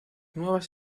nuevas